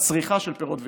בצריכה של פירות וירקות.